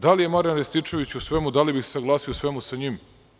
Da li je Marjan Rističević u svemu, da li bih se saglasio u svemu sa njim?